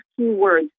keywords